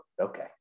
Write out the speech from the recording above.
okay